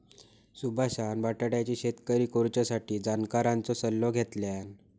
सुभाषान बटाट्याची शेती करुच्यासाठी जाणकारांचो सल्लो घेतल्यान